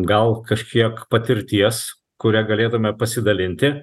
gal kažkiek patirties kuria galėtume pasidalinti